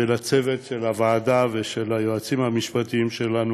ולצוות של הוועדה וליועצים המשפטיים שלנו,